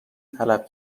طلب